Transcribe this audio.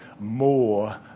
more